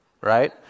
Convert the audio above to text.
Right